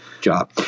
job